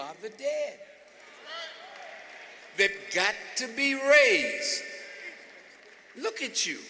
day they got to be raised look at you